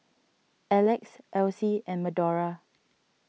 Alex Alcie and Madora